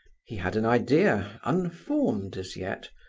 he had an idea, unformed as yet,